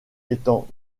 étant